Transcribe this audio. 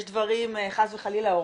יש דברים חס וחלילה הורגים,